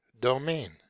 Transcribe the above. domain